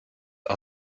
are